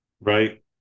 Right